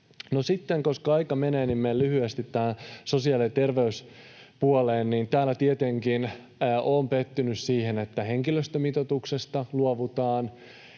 koska aika menee, menen lyhyesti tähän sosiaali- ja terveyspuoleen. Täällä tietenkin olen pettynyt siihen, että henkilöstömitoituksesta luovutaan